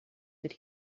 that